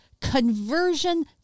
conversion